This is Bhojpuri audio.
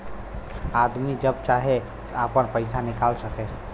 आदमी जब चाहे आपन पइसा निकाल सके